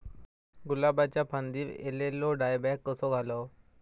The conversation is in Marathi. गुलाबाच्या फांदिर एलेलो डायबॅक कसो घालवं?